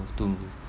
or to